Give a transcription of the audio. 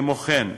כמו כן,